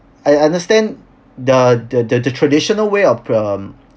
I understand the the the the traditional way of um